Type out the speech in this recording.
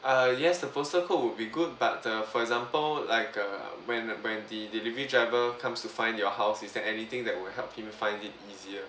ah yes the postal code would be good but the for example like uh when when the delivery driver comes to find your house is there anything that will help him to find it easier